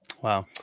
Wow